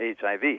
HIV